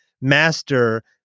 master